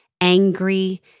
angry